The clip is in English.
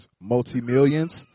multi-millions